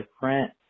different